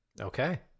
Okay